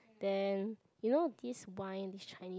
then you know this wine Chinese